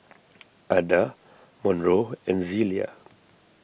Adda Monroe and Zelia